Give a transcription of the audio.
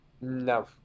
No